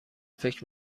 فکر